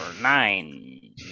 nine